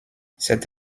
cette